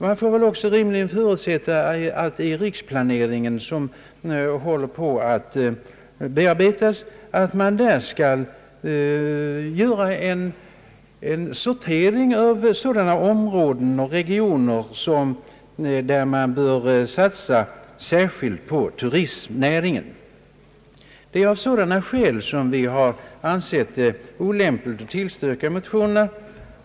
Man får också rimligen förutsätta att i den riksplanering som för närvarande utarbetas en sortering verkställs av sådana områden och regioner där man särskilt bör satsa på turismen. Av dessa skäl har utskottet ansett det olämpligt att tillstyrka motionerna.